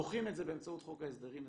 דוחים את המימוש באמצעות חוק ההסדרים.